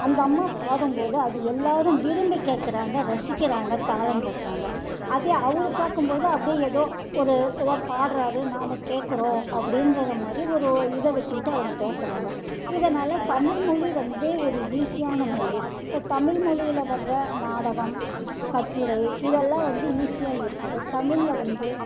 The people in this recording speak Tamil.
அந்த அம்மா பாடும்போது அது எல்லோரும் விரும்பி கேக்கிறாங்க ரசிக்கிறாங்க தாளம் போடுறாங்க அதே அவரு பார்க்கும்போது அப்படியே ஏதோ ஒரு ஏதோ பாடுறாரு நாம் கேக்கிறோம் அப்படின்றத மாதிரி ஒரு இதை வச்சுக்கிட்டு அவங்க பேசுகிறாங்க இதனால் தமிழ்மொழி வந்து ஒரு ஈஸியான மொழி இப்போ தமிழ் மொழியில் வர்ற நாடகம் கட்டுரை இதெல்லாம் வந்து ஈஸியாக இருக்குது தமிழில் வந்து